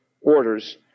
orders